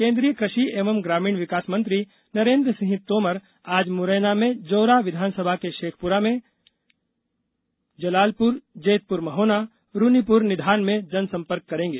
केन्द्रीय कृषि एवं ग्रामीण विकास मंत्री नरेन्द्र सिंह तोमर आज मुरैना में जौरा विधानसभा के शेखपुरा में बघेल जलालपुर जैतपुर महोना रूनीपुरा निधान में जनसंपर्क करेंगे